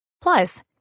Plus